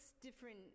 different